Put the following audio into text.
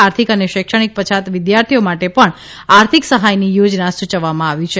આર્થિક અને શૈક્ષણિક પછાત વિદ્યાર્થીઓ માટે પણ આર્થિક સહાયની યોજના સૂચવવામાં આવી છે